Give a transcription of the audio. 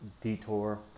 detour